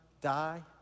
die